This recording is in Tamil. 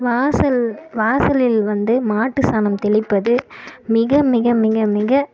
வாசல் வாசலில் வந்து மாட்டுச் சாணம் தெளிப்பது மிக மிக மிக மிக